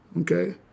okay